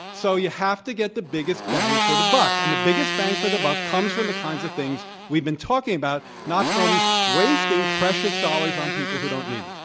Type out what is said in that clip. so, you have to get the biggest bang for the buck, and the biggest bank for the buck comes from the kinds of things we've been talking about, not from wasting precious dollars on people who don't need